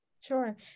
Sure